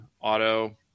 auto